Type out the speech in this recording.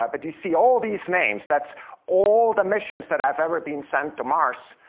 ah but you see all these names, that's all the missions that have ever been sent to mars,